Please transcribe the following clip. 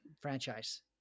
franchise